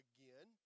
Again